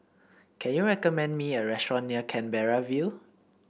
can you recommend me a restaurant near Canberra View